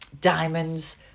diamonds